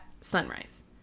Sunrise